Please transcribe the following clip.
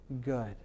good